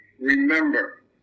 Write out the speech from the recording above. remember